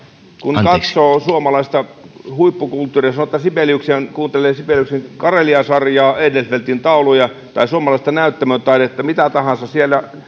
kun katsoo suomalaista huippukulttuuria sanotaan kuuntelee sibeliuksen karelia sarjaa katsoo edelfeltin tauluja tai suomalaista näyttämötaidetta mitä tahansa siellä